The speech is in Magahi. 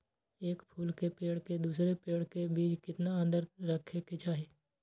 एक फुल के पेड़ के दूसरे पेड़ के बीज केतना अंतर रखके चाहि?